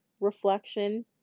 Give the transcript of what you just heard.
reflection